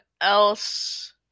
else